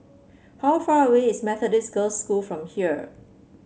how far away is Methodist Girls' School from here